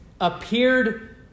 appeared